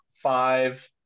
five